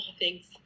Thanks